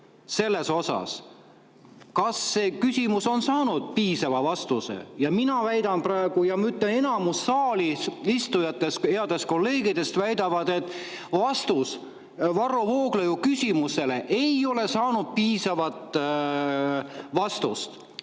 selles osas, kas see küsimus on saanud piisava vastuse. Mina väidan praegu ja ma ütlen, et enamus saalis istujatest, headest kolleegidest väidavad, et Varro Vooglaiu küsimus ei ole saanud piisavat vastust.